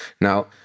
Now